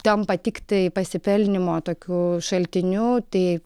tampa tiktai pasipelnymo tokiu šaltiniu tai